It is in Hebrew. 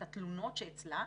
את התלונות שאצלה,